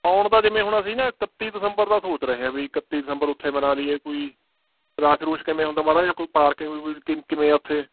ਆਉਣ ਤਾਂ ਜਿਵੇਂ ਹੁਣ ਅਸੀਂ ਨਾ ਇਕੱਤੀ ਦਸੰਬਰ ਦਾ ਸੋਚ ਰਹੇ ਹਾਂ ਵੀ ਇਕੱਤੀ ਦਸੰਬਰ ਉੱਥੇ ਮਨਾ ਲਈਏ ਕੋਈ ਰਸ਼ ਰੁਸ਼ ਕਿਵੇਂ ਹੁੰਦਾ ਮਾੜਾ ਜਿਹਾ ਕੋਈ ਪਾਰਕਿੰਗ ਕਿਵ ਕਿਵੇਂ ਆ ਉੱਥੇ